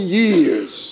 years